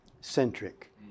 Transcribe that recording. centric